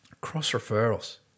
cross-referrals